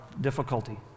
difficulty